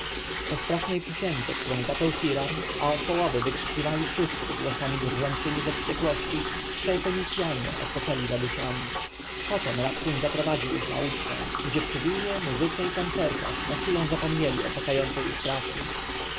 strasznej przysiędze którą zaczął hiram a od połowy wykrzykiwali wszyscy głosami drżącemi ze wściekłości trzej fenicjanie odpoczęli zadyszani potem rabsun zaprowadził ich na ucztę gdzie przy winie muzyce i tancerkach na chwilę zapomnieli o czekającej ich pracy